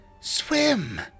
swim